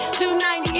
290